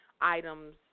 items